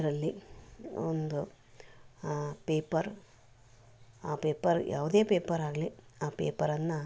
ಅದರಲ್ಲಿ ಒಂದು ಪೇಪರ್ ಆ ಪೇಪರ್ ಯಾವುದೇ ಪೇಪರ್ ಆಗಲಿ ಆ ಪೇಪರನ್ನ